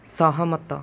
ସହମତ